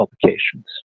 publications